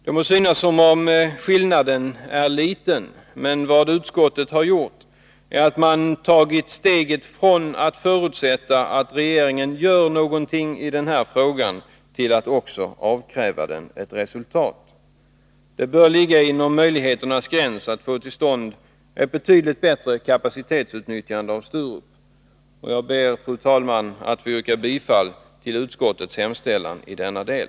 Det må synas som om skillnaden är liten, men vad utskottet har gjort är att ta steget från att förutsätta att regeringen gör någonting i den här frågan till att också avkräva den ett resultat. Det bör ligga inom möjligheternas gräns att få till stånd ett betydligt bättre kapacitetsutnyttjande av Sturup. Jag ber, fru talman, att få yrka bifall till utskottets hemställan i denna del.